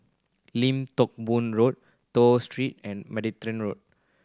Lim Teck Boo Road Toh Street and Martaban Road